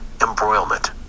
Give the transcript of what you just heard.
embroilment